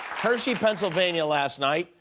hershey, pennsylvania last night,